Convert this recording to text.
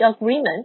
Agreement